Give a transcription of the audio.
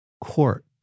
court